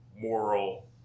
moral